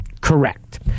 Correct